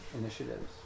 Initiatives